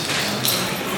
גברתי היושבת-ראש,